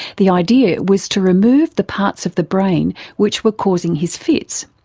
the idea was to remove the parts of the brain which were causing his fits,